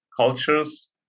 cultures